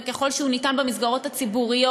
וככל שהוא ניתן במסגרות הציבוריות,